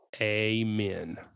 amen